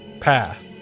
path